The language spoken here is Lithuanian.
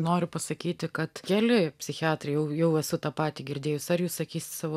noriu pasakyti kad keli psichiatrai jau jau esu tą patį girdėjus ar jūs sakysit savo